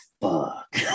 fuck